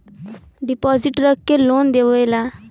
deposit रख के loan देवेला